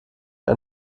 ein